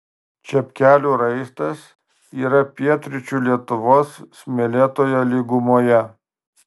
čepkelių raistas yra pietryčių lietuvos smėlėtoje lygumoje